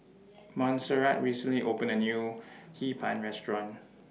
Monserrat recently opened A New Hee Pan Restaurant